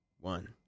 one